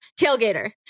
tailgater